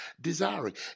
desiring